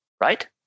Right